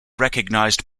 recognized